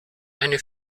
eine